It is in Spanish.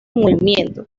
movimiento